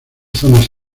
zonas